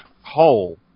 whole